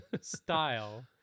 style